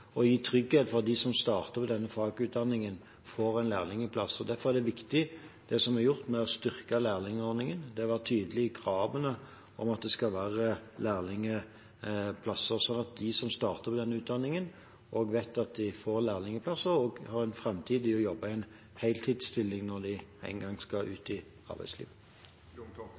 å gi trygghet for at de som starter på denne fagutdanningen, får en lærlingplass. Derfor er det viktig, det som er gjort med å styrke lærlingordningen, det å være tydelig på kravet om at det skal være lærlingplasser, slik at de som starter på denne utdanningen, vet at de får lærlingplass og har en framtidig jobb i heltidsstilling når de en gang skal ut i arbeidslivet.